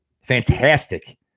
fantastic